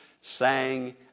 sang